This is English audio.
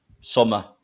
summer